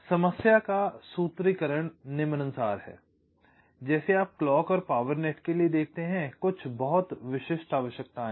इसलिए समस्या का सूत्रीकरण निम्नानुसार है जैसे आप क्लॉक और पावर नेट के लिए देखते हैं कुछ बहुत विशिष्ट आवश्यकताएं हैं